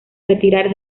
retirar